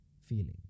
feeling